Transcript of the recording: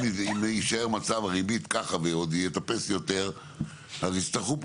אם יישאר המצב הריבית ככה ועוד תטפס יותר אז יצטרכו פה